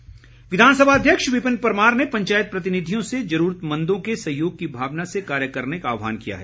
परमार विधानसभा अध्यक्ष विपिन परमार ने पंचायत प्रतिनिधियों से जरूरतमंदों के सहयोग की भावना से कार्य करने का आहवान किया है